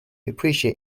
appreciate